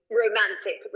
romantic